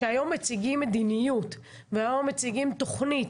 שהיום מציגים מדיניות והיום מציגים תוכנית,